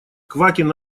квакин